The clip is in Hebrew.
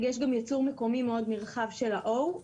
יש גם ייצור מקומי מאוד נרחב של ה-O.